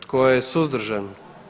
Tko je suzdržan?